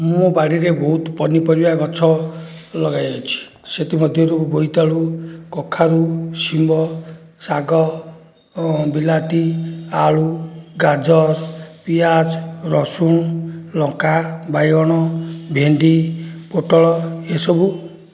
ମୋ ବାଡ଼ିରେ ବହୁତ ପନିପରିବା ଗଛ ଲଗାଯାଇଛି ସେଥିମଧ୍ୟରୁ ବୋଇତାଳୁ କଖାରୁ ଶିମ୍ବ ଶାଗ ଓ ବିଲାତି ଆଳୁ ଗାଜର ପିଆଜ ରସୁଣ ଲଙ୍କା ବାଇଗଣ ଭେଣ୍ଡି ପୋଟଳ ଏସବୁ